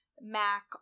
mac